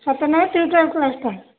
Satya Nagar tutorial କ୍ଲାସ୍ଟା